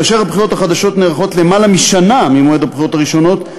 כאשר הבחירות החדשות נערכות למעלה משנה ממועד הבחירות הראשונות,